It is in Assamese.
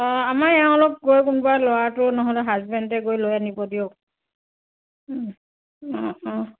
অঁ আমাৰ এওঁলোক গৈ কোনোবা ল'ৰাটো নহ'লে হাজবেন্দে গৈ লৈ আনিব দিয়ক